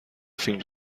فیلم